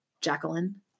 Jacqueline